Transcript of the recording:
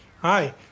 Hi